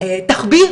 התחביר